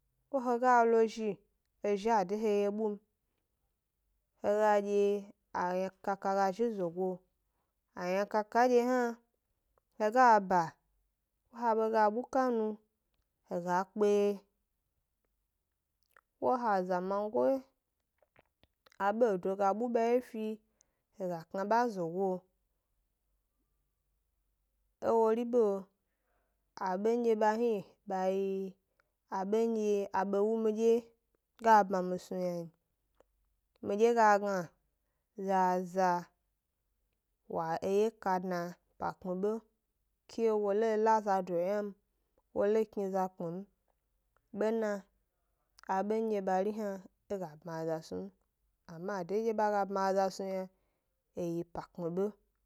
Ko he ga lo 'zhi, ezhi a de he ye bu m, he ga dye aynakaka ga zhi zogo, aynakaka dye hna, he ga ba, ha be ga buka nu he ga kpe ye, ko he azamagoyi a bedo ga bu ba wye fi, he ga kna ba zogo, e wori beo abendye ba hni ba yi abendye abe wu midye ga bma mi snu yna n, midye ga gna zaza wa ewye ka dna 'pa kpmi 'be ke wo lo la 'za do 'yna m, ke wo lo kni 'za 'kpi m abendye bari hna e ga bma aza snu m, ama de ba ga bma za snu yna yi 'pa kpmi 'be.